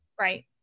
Right